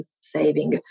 saving